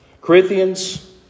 Corinthians